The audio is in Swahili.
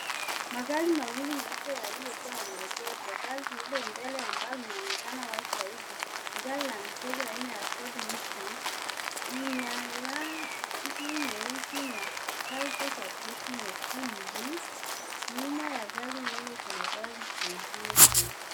Magari mawili meupe yaliyokuwa yameegezwa, gari lililo mbele ambalo linaonekana wazi zaidi, ni gari la mchezo aina ya Ford Mustang. Ina rangi nyeusi, na kalpa za breki nyekundu. Nyuma ya gari hilo kuna gari jingine jeupe.